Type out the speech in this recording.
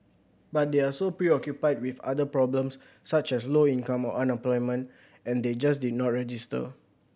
but they are so preoccupied with other problems such as low income or unemployment and they just did not register